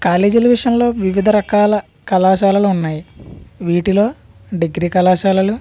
కాలేజీల విషయంలో వివిధ రకాల కళాశాలలు ఉన్నాయి వీటిలో డిగ్రీ కళాశాలలు